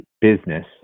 business